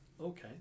Okay